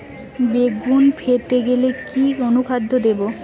বেগুন ফেটে গেলে কি অনুখাদ্য দেবো?